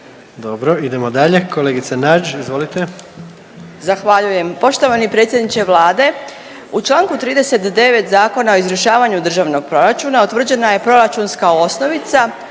Dobro, idemo dalje. Kolegica Nađ izvolite. **Nađ, Vesna (Nezavisni)** Zahvaljujem. Poštovani predsjedniče Vlade. U čl. 39. Zakona o izvršavanju državnog proračuna utvrđena je proračunska osnovica